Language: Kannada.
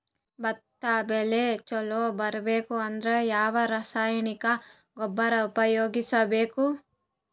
ಭತ್ತ ಬೆಳಿ ಚಲೋ ಬರಬೇಕು ಅಂದ್ರ ಯಾವ ರಾಸಾಯನಿಕ ಗೊಬ್ಬರ ಉಪಯೋಗಿಸ ಬೇಕು?